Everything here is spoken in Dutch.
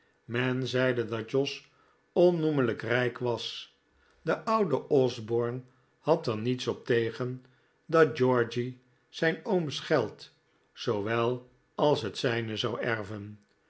men zeide dat jos onnoemelijk rijk was de oude osborne had er niets op tegen dat georgy zijn ooms geld zoowel als het zijne zou erven